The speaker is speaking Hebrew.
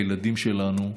הילדים שלנו,